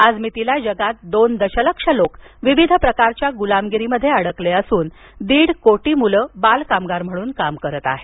आजमितीला जगात दोन दशलक्ष लोक विविध प्रकारच्या गुलामगीरीमध्ये अडकले असून दीड कोटी मूलं बालकामगार म्हणून काम करित आहेत